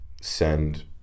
Send